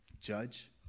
judge